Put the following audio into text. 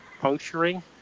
puncturing